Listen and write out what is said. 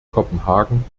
kopenhagen